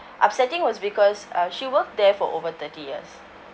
upsetting was because uh she worked there for over thirty years